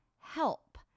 help